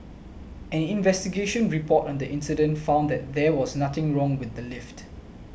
an investigation report on the incident found that there was nothing wrong with the lift